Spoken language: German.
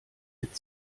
mit